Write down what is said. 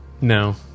No